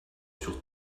sur